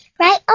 Right